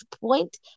point